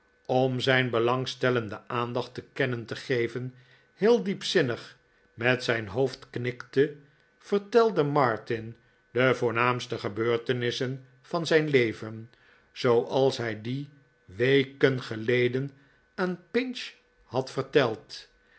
om zijn belangstellende aandacht te kennen te geven heel diepzinnig met zijn hoofd knikte vertelde martin de voornaamste gebeurtenissen van zijn leven zooals hij die weken geleden aan pinch had verteld